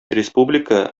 республика